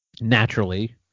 naturally